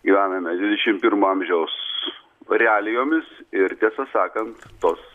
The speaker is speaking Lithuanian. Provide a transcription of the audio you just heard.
gyvename dvidešim pirmo amžiaus realijomis ir tiesą sakant tos